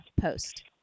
post